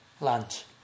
lunch